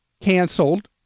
canceled